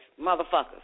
motherfuckers